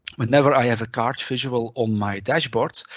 whenever i have a card visual on my dashboard,